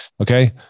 Okay